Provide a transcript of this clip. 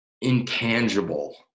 intangible